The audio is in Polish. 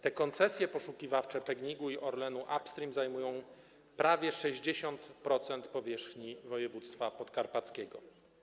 Te koncesje poszukiwawcze PGNiG-u i Orlenu Upstream zajmują prawie 60% powierzchni województwa podkarpackiego.